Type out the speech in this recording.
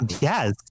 yes